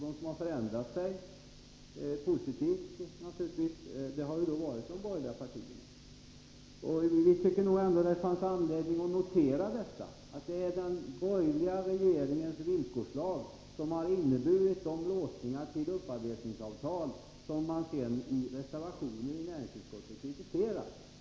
De som ändrat sig, positivt naturligtvis, har varit de borgerliga partierna. Vi tycker ändå att det finns anledning att notera att den borgerliga regeringens villkorslag har inneburit de låsningar till upparbetningsavtal som man nu i reservationer till näringsutskottets betänkande kritiserar.